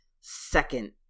second